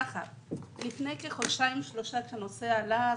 לפני כחודשיים שלושה הנושא עלה.